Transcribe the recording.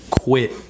quit